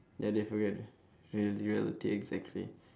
ya they're for real ya the reality exactly